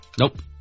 Nope